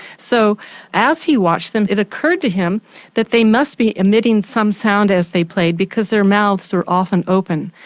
so as he watched them it occurred to him that they must be emitting some sound as they played, because their mouths were often open,